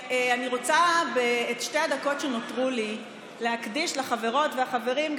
אני רוצה את שתי הדקות שנותרו לי להקדיש לחברות ולחברים,